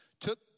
took